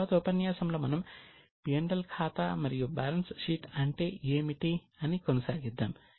తరువాతి ఉపన్యాసంలో మనం P L ఖాతా మరియు బ్యాలెన్స్ షీట్ అంటే ఏమిటి అని కొనసాగిద్దాం